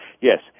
yes